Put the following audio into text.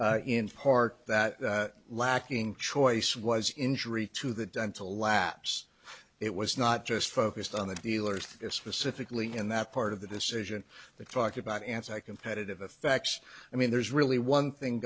held in part that lacking choice was injury to the dental lapse it was not just focused on the dealers it specifically in that part of the decision the talk about anti competitive effects i mean there's really one thing